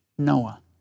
Noah